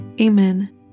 Amen